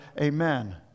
Amen